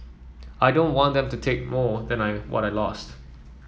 I don't want them to take more than I what I lost